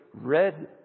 red